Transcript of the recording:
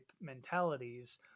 mentalities